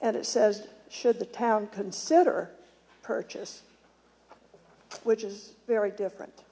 and it says should the town consider a purchase which is very different